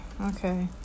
okay